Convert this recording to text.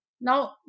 Now